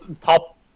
top